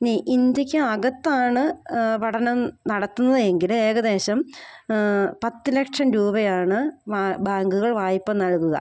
ഇനി ഇന്ത്യക്ക് അകത്താണ് പഠനം നടത്തുന്നത് എങ്കിൽ ഏകദേശം പത്ത് ലക്ഷം രൂപയാണ് ബാങ്ക്കൾ വായ്പ നൽകുക